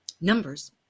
numbers